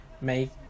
make